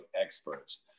experts